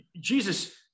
Jesus